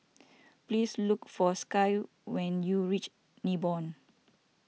please look for Skye when you reach Nibong